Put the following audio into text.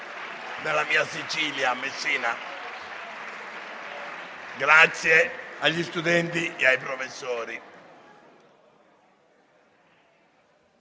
dalla mia Sicilia, Messina. Grazie agli studenti e ai professori.